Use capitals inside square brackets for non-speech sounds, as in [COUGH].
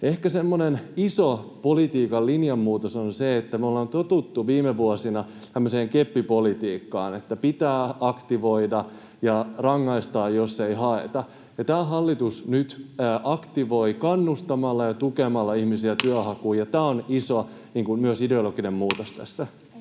iso politiikan linjamuutos on se, että me ollaan totuttu viime vuosina tämmöiseen keppipolitiikkaan, että pitää aktivoida ja rangaistaan, jos ei haeta, ja tämä hallitus nyt aktivoi kannustamalla ja tukemalla ihmisiä työnhakuun. [NOISE] Tämä on myös iso ideologinen muutos tässä.